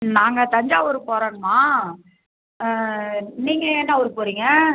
ம் நாங்க தஞ்சாவூர் போகிறோங்மா நீங்கள் என்ன ஊர் போகிறீங்க